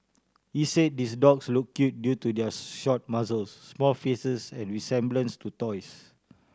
he said these dogs look cute due to their short muzzles small faces and resemblance to toys